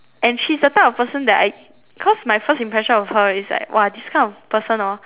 and she's the type of person that I cause my first impression of her is like !wah! this kind of person hor